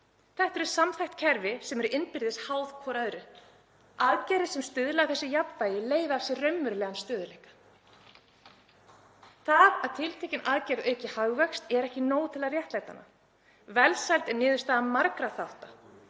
Þetta eru samþætt kerfi sem eru innbyrðis háð hvert öðru. Aðgerðir sem stuðla að þessu jafnvægi leiða af sér raunverulegan stöðugleika. Það að tiltekin aðgerð auki hagvöxt er ekki nóg til að réttlæta hana. Velsæld er niðurstaða margra þátta.